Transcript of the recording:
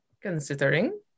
considering